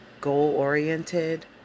goal-oriented